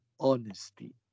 honesty